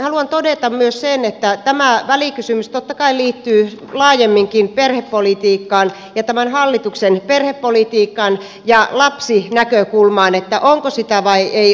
haluan todeta myös sen että tämä välikysymys totta kai liittyy laajemminkin perhepolitiikkaan ja tämän hallituksen perhepolitiikkaan ja lapsinäkökulmaan onko sitä vaiko ei